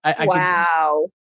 Wow